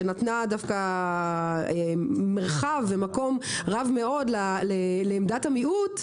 שנתנה מרחב ומקום רב מאוד לעמדת המיעוט.